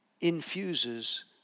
infuses